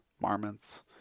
marmots